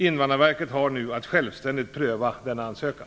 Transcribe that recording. Invandrarverket har nu att självständigt pröva denna ansökan.